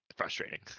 frustrating